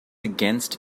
against